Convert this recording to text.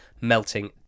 melting